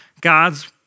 God's